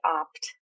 opt